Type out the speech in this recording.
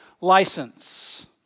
license